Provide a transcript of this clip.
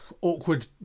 awkward